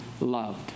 loved